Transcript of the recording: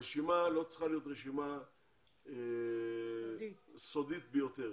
הרשימה לא צריכה להיות רשימה סודית ביותר.